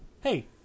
Hey